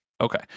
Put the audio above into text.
Okay